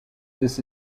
this